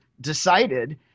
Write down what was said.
decided